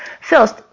First